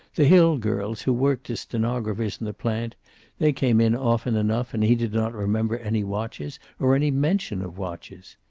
the hill girls who worked as stenographers in the plant they came in often enough and he did not remember any watches, or any mention of watches.